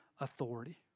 authority